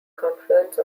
confluence